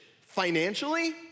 financially